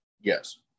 Yes